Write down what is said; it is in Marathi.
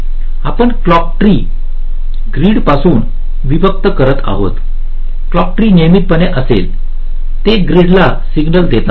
आपण क्लॉक ट्री ग्रीड पासून विभक्त करत आहात क्लॉक ट्री नियमितपणे असेलते ग्रीड ला सिग्नल देतात